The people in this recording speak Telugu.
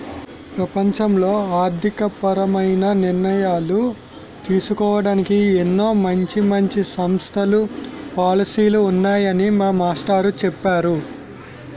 ప్రపంచంలో ఆర్థికపరమైన నిర్ణయాలు తీసుకోడానికి ఎన్నో మంచి మంచి సంస్థలు, పాలసీలు ఉన్నాయని మా మాస్టారు చెప్పేరు